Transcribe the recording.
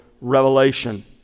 revelation